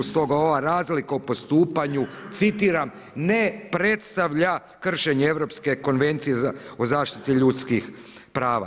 Stoga ova razlika o postupanju, citiram „ne predstavlja kršenje Europske konvencije o zaštiti ljudskih prava“